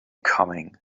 coming